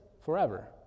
forever